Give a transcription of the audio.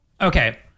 Okay